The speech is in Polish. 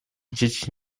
dzieci